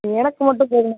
எனக்கு மட்டும் போதுமா